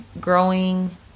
growing